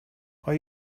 are